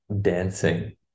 dancing